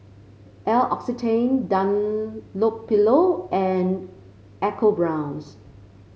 L'Occitane Dunlopillo and EcoBrown's